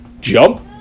jump